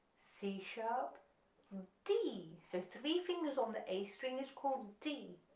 c sharp d, so three fingers on the a string is called d,